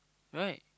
right